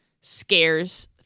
scares